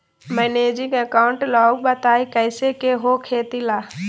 Managing account राव बताएं कैसे के हो खेती ला?